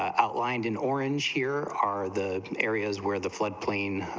outlined in orange here are the areas where the flood plain,